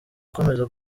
ukomeza